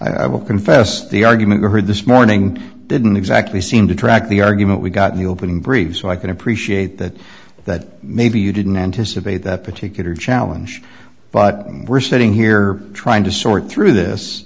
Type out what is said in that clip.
will confess the argument you heard this morning didn't exactly seem to track the argument we got in the opening brief so i can appreciate that that maybe you didn't anticipate that particular challenge but we're sitting here trying to sort through this